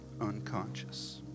unconscious